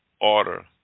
order